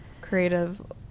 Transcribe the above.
creative